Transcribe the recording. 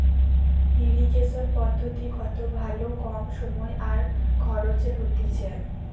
irrigation পদ্ধতি কত ভালো কম সময় আর খরচে হতিছে